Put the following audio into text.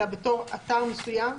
אלא בתור אתר מסוים?